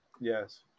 Yes